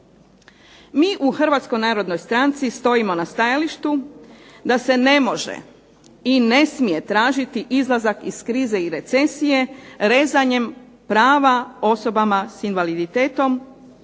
Mi u Hrvatskoj narodnoj stranci stojimo na stajalištu da se ne može i ne smije tražiti izlazak iz krize i recesije rezanjem prava osobama sa invaliditetom,